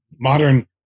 Modern